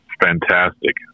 Fantastic